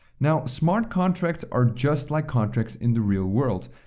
now, smart contracts are just like contracts in the real world.